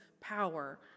power